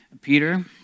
Peter